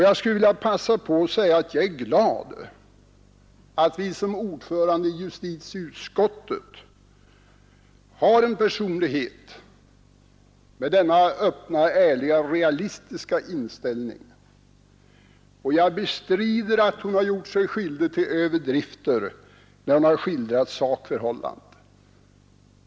Jag är glad över att vi såsom ordförande i justitieutskottet har en personlighet med denna öppna, ärliga och realistiska inställning. Jag bestrider att hon har gjort sig skyldig till överdrifter, när hon har skildrat sakförhållandena.